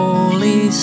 Holy